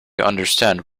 understand